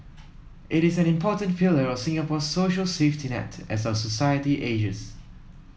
it is an important pillar of Singapore's social safety net as our society ages